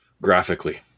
graphically